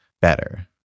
better